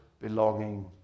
belonging